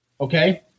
okay